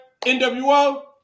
NWO